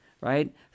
right